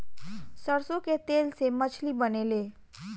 सरसों के तेल से मछली बनेले